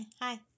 Hi